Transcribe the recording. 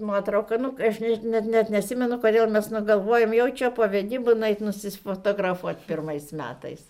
nuotrauka nu ką žinai žinai net neatsimenu kodėl mes negalvojome jog čia po vedybų nueiti nusifotografuoti pirmais metais